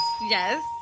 Yes